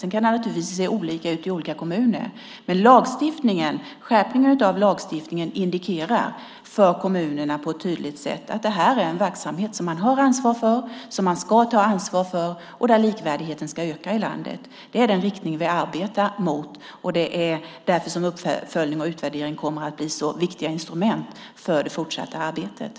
Sedan kan det givetvis se olika ut i olika kommuner, men skärpningen av lagstiftningen indikerar på ett tydligt sätt för kommunerna att detta är en verksamhet som de har ansvar för, som de ska ta ansvar för och där likvärdigheten i landet ska öka. Det är den riktning vi arbetar mot, och därför kommer uppföljning och utvärdering att bli viktiga instrument för det fortsatta arbetet.